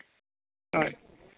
ᱦᱳᱭ